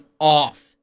off